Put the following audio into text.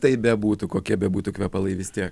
tai bebūtų kokie bebūtų kvepalai vis tie